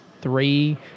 three